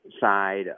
side